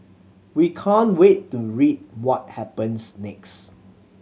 we can't wait to read what happens next